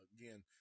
Again